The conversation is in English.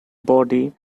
body